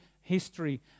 history